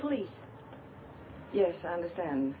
police yes i understand